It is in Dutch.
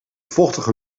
vochtige